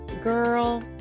Girl